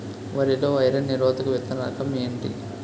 వరి లో ఐరన్ నిరోధక విత్తన రకం ఏంటి?